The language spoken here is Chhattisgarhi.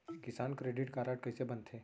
किसान क्रेडिट कारड कइसे बनथे?